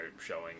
showing